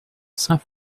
saint